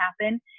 happen